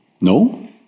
No